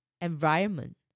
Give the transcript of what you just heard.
environment